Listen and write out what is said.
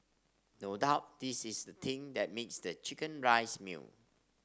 no doubt this is thing that makes the chicken rice meal